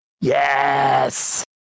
yes